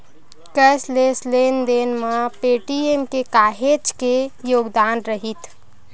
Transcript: cashless लेन देन म पेटीएम के काहेच के योगदान रईथ